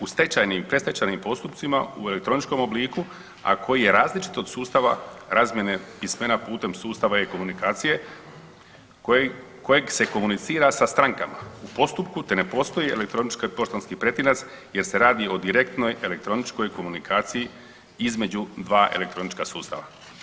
U stečajnim i predstečajnim postupcima u elektroničkom obliku, a koji je različit od sustava razmjene pismena putem sustava e-komunikacije kojeg se komunicira sa strankama u postupku te ne postoji elektronički poštanski pretinac jer se radi o direktnoj elektroničkoj komunikaciji između dva elektronička sustava.